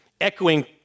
echoing